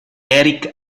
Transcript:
eric